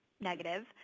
negative